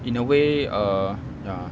in a way err ya